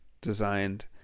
designed